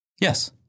Yes